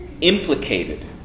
implicated